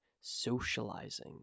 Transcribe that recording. socializing